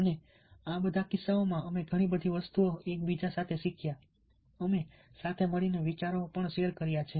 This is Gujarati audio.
અને આ બધા કિસ્સાઓમાં અમે ઘણી બધી વસ્તુઓ એકસાથે શીખ્યા અમે સાથે મળીને વિચારો શેર કર્યા છે